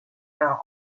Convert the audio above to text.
out